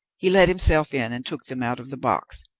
he let himself in and took them out of the box.